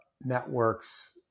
networks